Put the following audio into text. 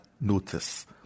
notice